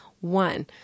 One